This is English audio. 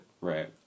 Right